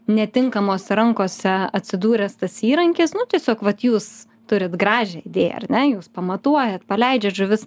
netinkamose rankose atsidūręs tas įrankis nu tiesiog vat jūs turit gražią idėją ar ne jūs pamatuojat paleidžiat žuvis